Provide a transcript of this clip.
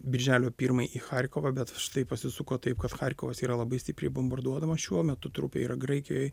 birželio pirmąją į charkovą bet štai pasisuko taip kad charkovas yra labai stipriai bombarduodamas šiuo metu trupė yra graikijoj